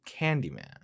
Candyman